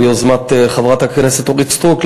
ביוזמת חברת הכנסת אורית סטרוק,